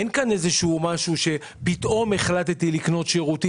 אין כאן משהו שפתאום התחלתי לקנות שירותים